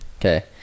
Okay